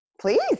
please